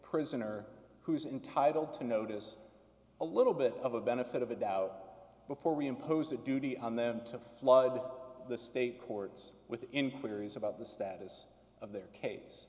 prisoner who is entitle to notice a little bit of a benefit of a doubt before we impose a duty on them to flood the state courts with inquiries about the status of their case